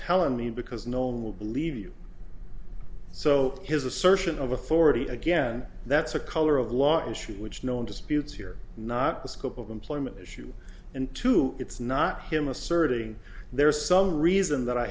tell me because no one will believe you so his assertion of authority again that's a color of law issue which no one disputes here not the scope of employment issue and two it's not him asserting there is some reason that i